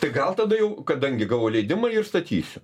tai gal tada jau kadangi gavau leidimą jį ir statysiu